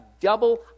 double